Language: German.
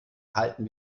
halten